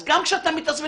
אז גם כשאתה מתעצבן,